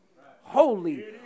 holy